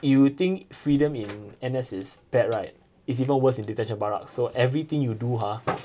you think freedom in N_S is bad right it's even worse in detention barracks so everything you do ha